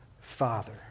Father